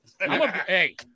Hey